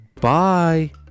Bye